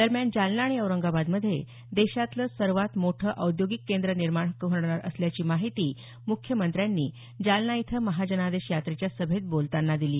दरम्यान जालना आणि औरंगाबादमध्ये देशातलं सर्वात मोठं औद्योगिक केंद्र निर्माण होणार असल्याची माहिती मुख्यमंत्र्यांनी जालना इथं माहजनादेश यात्रेच्या सभेत बोलतांना दिली